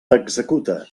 executa